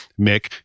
mick